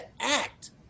act